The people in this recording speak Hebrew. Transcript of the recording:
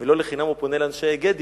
ולא לחינם הוא פונה לאנשי עין-גדי,